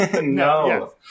No